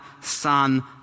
Son